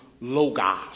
logos